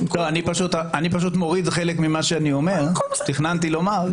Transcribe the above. אני פשוט מוריד חלק ממה שאני אומר, תכננתי לומר.